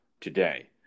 today